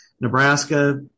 Nebraska